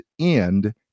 end